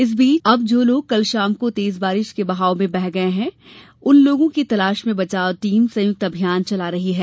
इस बीच अब जो लोग कल शाम को तेज पानी के बहाव में बह गये हैं उन लोगों की तलाश में बचाव टीम संयुक्त अभियान चला रही हैं